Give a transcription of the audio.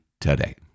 today